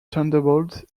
thunderbolt